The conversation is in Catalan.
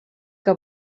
que